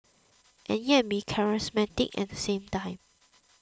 and yet be charismatic at the same time